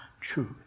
truth